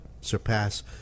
surpass